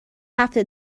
هفته